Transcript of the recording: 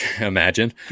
imagine